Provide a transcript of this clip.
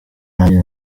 nanjye